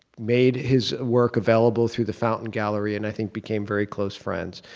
made his work available through the fountain gallery and i think became very close friends.